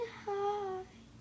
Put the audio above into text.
high